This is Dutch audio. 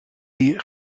die